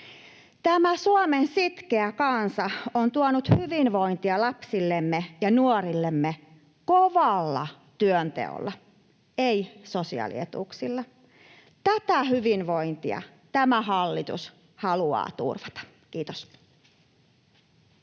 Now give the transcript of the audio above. Tämä Suomen sitkeä kansa on tuonut hyvinvointia lapsillemme ja nuorillemme kovalla työnteolla, ei sosiaalietuuksilla. Tätä hyvinvointia tämä hallitus haluaa turvata. — Kiitos.